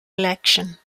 election